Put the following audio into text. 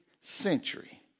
century